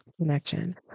connection